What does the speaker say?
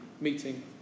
meeting